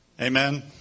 Amen